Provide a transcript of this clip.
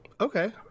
Okay